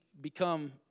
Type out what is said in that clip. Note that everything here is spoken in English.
become